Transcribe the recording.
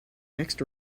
next